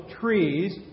trees